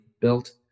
built